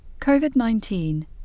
COVID-19